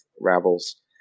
Ravel's